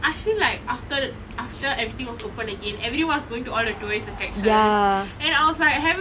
I feel like after after everything was open again everyone is going to all the tourist attractions and I was like